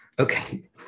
okay